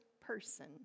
Person